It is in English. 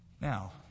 Now